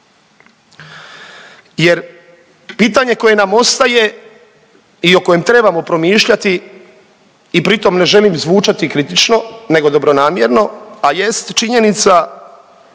jer pitanje koje nam ostaje i o kojem trebamo promišljati i pritom ne želim zvučati kritično, nego dobronamjerno a jest činjenica